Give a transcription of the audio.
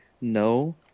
no